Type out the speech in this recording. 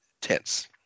tense